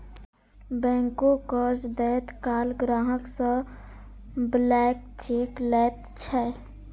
बैंको कर्ज दैत काल ग्राहक सं ब्लैंक चेक लैत छै